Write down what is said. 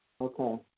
Okay